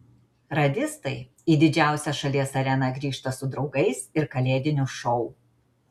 radistai į didžiausią šalies areną grįžta su draugais ir kalėdiniu šou